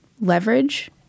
leverage